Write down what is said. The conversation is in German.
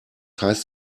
heißt